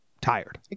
tired